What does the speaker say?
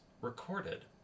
recorded